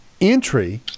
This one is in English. entry